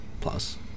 plus